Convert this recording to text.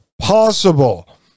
possible